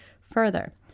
further